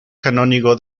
canónigo